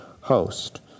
host